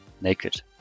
Naked